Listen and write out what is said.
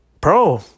Pro